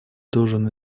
должен